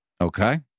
Okay